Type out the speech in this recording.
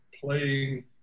playing